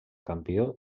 campió